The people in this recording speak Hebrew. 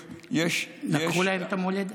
יש, לקחו להם את המולדת.